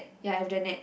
ya under net